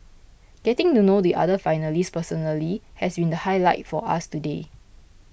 getting to know the other finalists personally has been the highlight for us today